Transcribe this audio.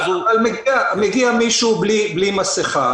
אבל אם מגיע מישהו בלי מסכה,